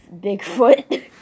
Bigfoot